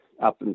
up